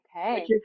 Okay